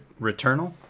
Returnal